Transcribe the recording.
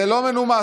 זה לא מנומס,